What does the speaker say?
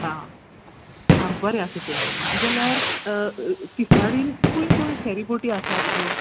आ आ बरे आसा तर जाल्यार तिसवाडीन खूंय खूंय फेरीबोटी आसात गो